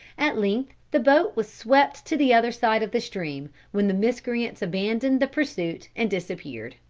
at length the boat was swept to the other side of the stream, when the miscreants abandoned the pursuit, and disappeared.